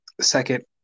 Second